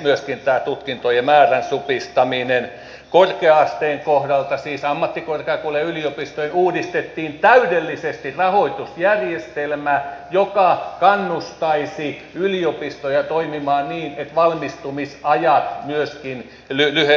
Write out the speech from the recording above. myöskin on tämä tutkintojen määrän supistaminen korkea asteen kohdalta siis ammattikorkeakouluille ja yliopistoille uudistettiin täydellisesti rahoitusjärjestelmä joka kannustaisi yliopistoja toimimaan niin että valmistumisajat myöskin